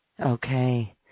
Okay